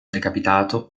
decapitato